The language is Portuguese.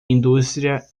indústria